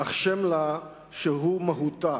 אך שם לה שהוא מהותה,